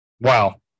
Wow